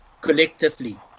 collectively